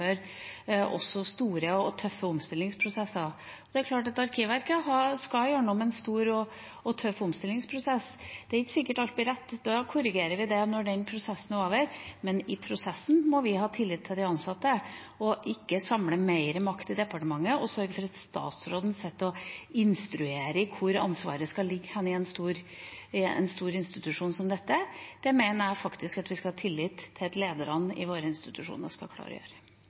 gjennomføre også store og tøffe omstillingsprosesser. Det er klart at Arkivverket skal gjennom en stor og tøff omstillingsprosess. Det er ikke sikkert alt blir rett. Da korrigerer vi det når den prosessen er over. Men i prosessen må vi ha tillit til de ansatte, ikke samle mer makt til departementet og sørge for at statsråden sitter og instruerer hvor ansvaret skal ligge i en stor institusjon som dette. Det mener jeg vi skal ha tillit til at lederne i våre institusjoner klarer å gjøre.